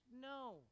No